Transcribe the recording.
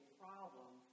problem